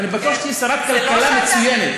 אני בטוח שתהיי שרת כלכלה מצוינת.